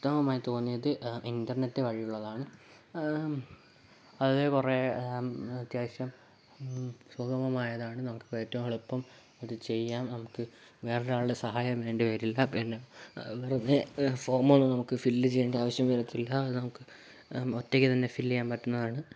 ഉത്തമമായി തോന്നിയത് ഇൻ്റെർനെറ്റ് വഴിയുള്ളതാണ് ആ അതില് കുറെ അത്യാവശ്യം സുഗമമായതാണ് നമുക്കേറ്റവും എളുപ്പം അത് ചെയ്യാൻ നമുക്ക് വേറൊരാളുടെ സഹായം വേണ്ടിവരില്ല പിന്നെ വെറുതെ ഫോമുകള് നമുക്ക് ഫില്ല് ചെയ്യണ്ട ആവശ്യം വരത്തില്ല നമുക്ക് ഒറ്റക്ക് തന്നെ ഫിൽ ചെയ്യാൻ പറ്റുന്നതാണ്